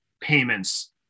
payments